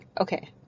okay